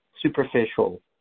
superficial